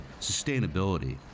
sustainability